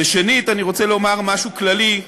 שנית, אני רוצה לומר משהו כללי.